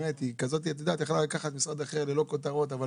היא יכלה לקחת משרד אחר ללא כותרות, אבל